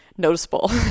noticeable